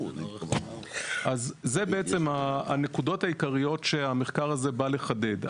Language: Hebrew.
אז זה בעצם הנקודות העיקריות שהמחקר הזה בא לחדד,